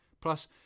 Plus